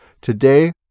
Today